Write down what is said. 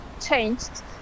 changed